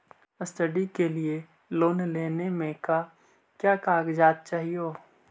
Study के लिये loan लेने मे का क्या कागजात चहोये?